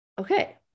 Okay